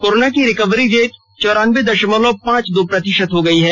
corona की recovery rate चौरानबे दशमलव पांच दो प्रतिशत है